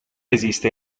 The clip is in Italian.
esiste